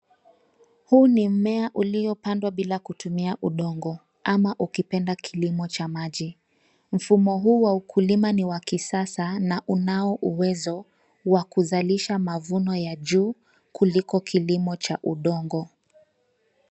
Huu ni mmea uliopandwa bila kutumia udongo ama ukipenda kilimo cha maji. Mfumo huu wa ukulima ni wa kisasa na unao uwezo wa kuzalisha mavuno ya juu kuliko kilimo cha udongo.